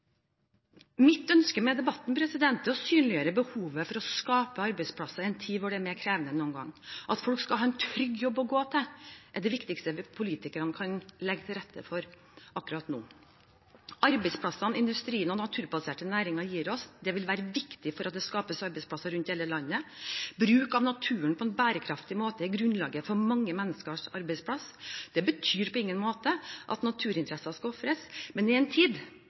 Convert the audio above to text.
Mitt ønske med debatten er å synliggjøre behovet for å skape arbeidsplasser i en tid da det er mer krevende enn noen gang. At folk skal ha en trygg jobb å gå til, er det viktigste politikerne kan legge til rette for akkurat nå. Arbeidsplassene industrien og naturbaserte næringer gir oss, vil være viktige for at det skapes arbeidsplasser rundt omkring i hele landet. Bruk av naturen på en bærekraftig måte er grunnlaget for mange menneskers arbeidsplass. Det betyr på ingen måte at naturinteresser skal ofres, men i en tid